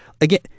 again –